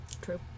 True